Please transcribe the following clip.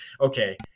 okay